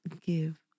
give